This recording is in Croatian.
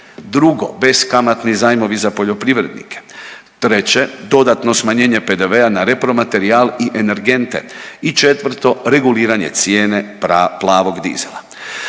Drugo, beskamatni zajmovi za poljoprivrednike. Treće, dodatno smanjenje PDV-a na repromaterijal i energente. I četvrto, reguliranje cijene plavog dizela.